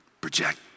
project